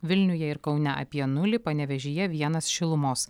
vilniuje ir kaune apie nulį panevėžyje vienas šilumos